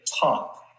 top